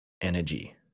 energy